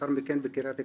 לאחר מכן בקרית עקרון.